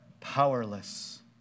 powerless